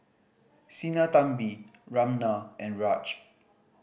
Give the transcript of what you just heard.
Sinnathamby Ramnath and Raj